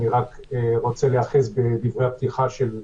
אני רוצה להיאחז בדברי הפתיחה של היושב-ראש,